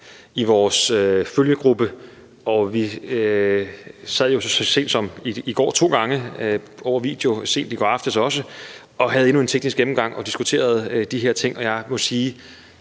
i vores følgegruppe. Vi sad jo så sent som i går to gange over video, sent i går aftes også, og havde endnu en teknisk gennemgang og diskuterede de her ting, og jeg må sige,